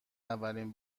اولین